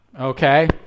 okay